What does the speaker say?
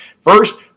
First